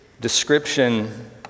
description